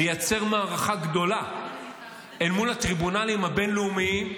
לייצר מערכה גדולה אל מול הטריבונלים הבין-לאומיים,